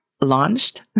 launched